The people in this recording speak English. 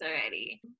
already